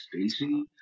Stacy